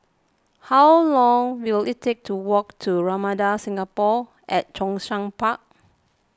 how long will it take to walk to Ramada Singapore at Zhongshan Park